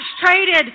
traded